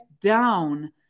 down